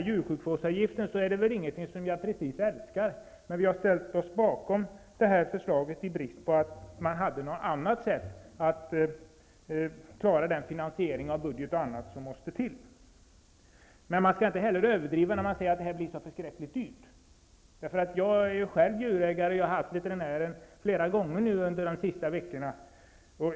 Djursjukvårdsavgiften är inte något som jag precis älskar, men vi har ställt oss bakom förslaget i brist på andra sätt att klara den finansiering av budgeten som måste till. Man skall emellertid inte heller överdriva och säga att det blir förskräckligt dyrt. Jag är själv djurägare och har haft veterinären på besök flera gånger under de senaste veckorna.